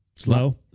slow